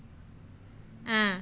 mm